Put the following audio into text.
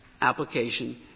application